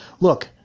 look